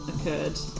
occurred